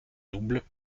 double